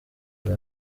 hari